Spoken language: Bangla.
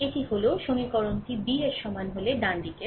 এটি হল সমীকরণটি B এর সমান হলে ডানদিকে